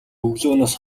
өглөөнөөс